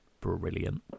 brilliant